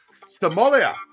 Somalia